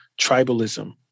tribalism